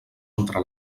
entre